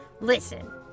Listen